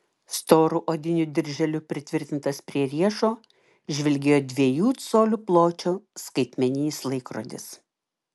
storu odiniu dirželiu pritvirtintas prie riešo žvilgėjo dviejų colių pločio skaitmeninis laikrodis